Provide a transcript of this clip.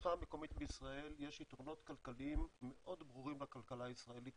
לצריכה המקומית בישראל יש יתרונות כלכליים מאוד ברורים בכלכלה הישראלית,